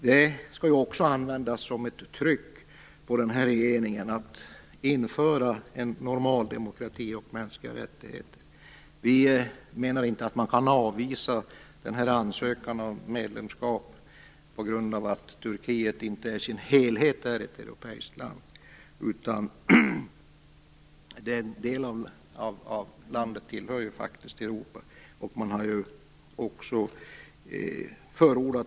Detta skall användas som ett tryck på regeringen att införa en normal demokrati och mänskliga rättigheter. Vi menar inte att man kan avvisa ansökan om medlemskap på grund av att Turkiet inte i sin helhet är ett europeiskt land. En del av landet tillhör faktiskt Europa.